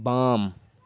बाम